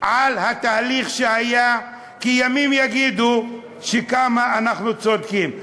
על התהליך שהיה, כי ימים יגידו כמה אנחנו צודקים.